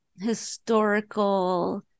historical